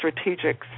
strategic